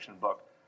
book